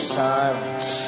silence